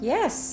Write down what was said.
Yes